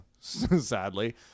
sadly